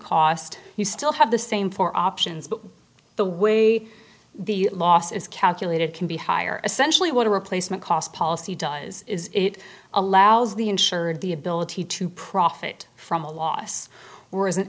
cost you still have the same four options but the way the loss is calculated can be higher essentially what a replacement cost policy does is it allows the insured the ability to profit from a loss were